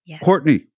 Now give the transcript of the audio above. Courtney